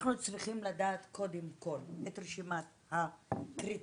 צריכים לדעת קודם כל את רשימת הקריטריונים.